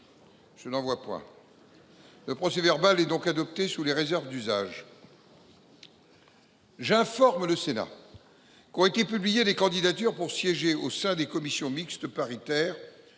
d’observation ?… Le procès-verbal est adopté sous les réserves d’usage. J’informe le Sénat qu’ont été publiées des candidatures pour siéger au sein des commissions mixtes paritaires